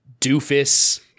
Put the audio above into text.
doofus